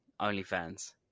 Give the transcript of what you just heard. OnlyFans